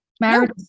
marriage